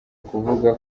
kuvuga